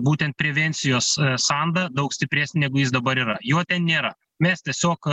būtent prevencijos sandą daug stipresnį negu jis dabar yra jo nėra mes tiesiog